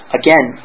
again